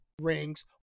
Rings